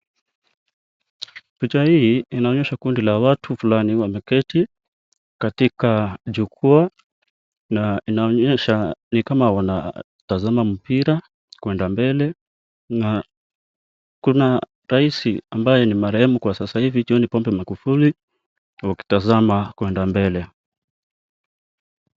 Picha hii inaonyesha kundi la watu fulani wameketi katika jukwaa na inaonyesha ni kama wanatazama mpira kwenda mbele na kuna raisi ambaye ni marehemu kwa sasa hivi ama John Pombe Magufuli wakitazama kwenda mbele.